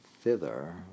thither